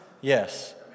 yes